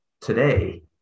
today